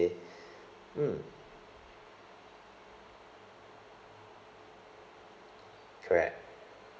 mm correct